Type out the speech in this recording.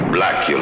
Black